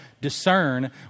discern